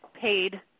paid